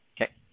Okay